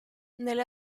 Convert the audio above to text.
nelle